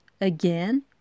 again